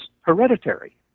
hereditary